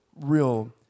real